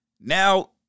now